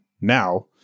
now